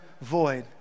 void